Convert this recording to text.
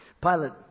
Pilate